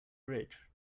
bridge